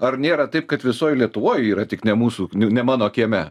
ar nėra taip kad visoj lietuvoj yra tik ne mūsų ne ne mano kieme